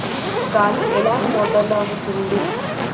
గాలి ఎలా మొదలవుతుంది?